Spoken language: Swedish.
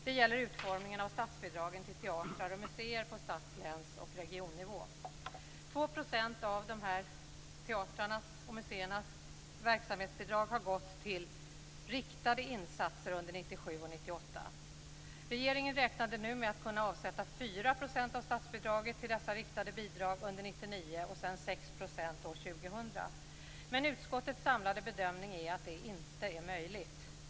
Det gäller utformningen av statsbidragen till teatrar och museer på stads-, läns och regionnivå. 2 % av dessa teatrars och museers verksamhetsbidrag har gått till riktade insatser under 1997 och 1998. Regeringen räknade nu med att kunna avsätta 4 % av statsbidraget till dessa riktade bidrag under 1999 och sedan 6 % år 2000. Men utskottets samlade bedömning är att det inte är möjligt.